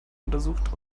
untersucht